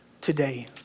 today